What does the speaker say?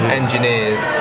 engineers